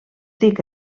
dic